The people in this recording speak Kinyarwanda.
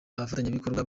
abafatanyabikorwa